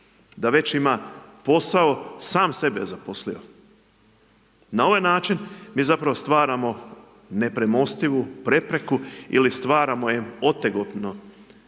da već ima posao, sam sebe zaposlio. Na ovaj način, mi zapravo stvaramo nepremostivu prepreku ili stvaramo im otegnuto